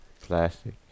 Plastic